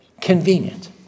convenient